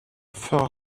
four